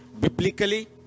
biblically